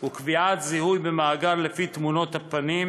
וקביעת זיהוי במאגר לפי תמונות פנים,